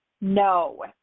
No